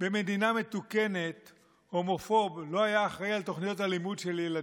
במדינה מתוקנת הומופוב לא היה אחראי לתוכניות הלימוד של ילדינו.